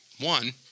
One